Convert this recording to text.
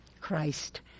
Christ